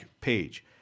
page